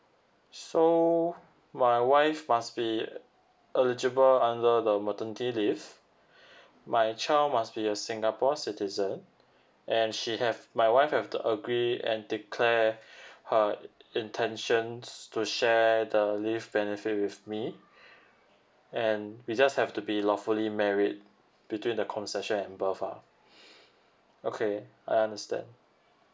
so my wife must be eligible under the maternity leave my child must be a singapore citizen and she have my wife have to agree and declare her intentions to share the leave benefit with me and we just have to be lawfully married between the conception and above uh okay I understand